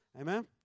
Amen